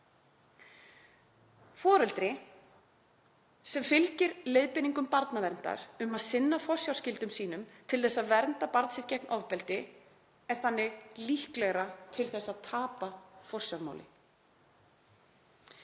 Foreldri sem fylgir leiðbeiningum barnaverndar um að sinna forsjárskyldum sínum til að vernda barn sitt gegn ofbeldi er þannig líklegra til að tapa forsjármáli.